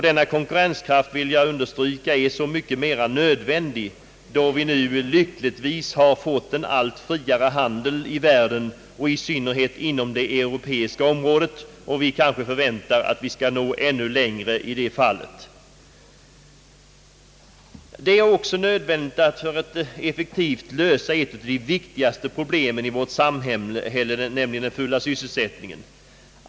Denna konkurrenskraft — det vill jag understryka är så mycket mer nödvändig som vi nu lyckligtvis har fått en allt friare handel i världen, i synnerhet inom det europeiska området. Och vi kanske förväntar att vi skall nå ännu längre i det avseendet. Den är också nödvändig för att effektivt kunna lösa ett av de viktigaste problemen i vårt samhälle, nämligen den fulla sysselsättningen.